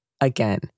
Again